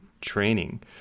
training